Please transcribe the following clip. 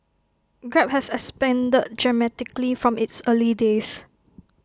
grab has expanded dramatically from its early days